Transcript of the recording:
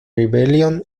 rebellion